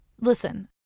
listen